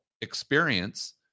experience